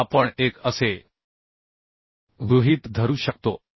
हे आपण 1 असे गृहीत धरू शकतो